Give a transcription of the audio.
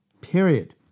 Period